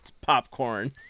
popcorn